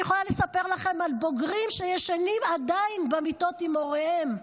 אני יכולה לספר לכם על בוגרים שישנים עדיין במיטות עם הוריהם,